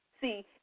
See